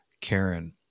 Karen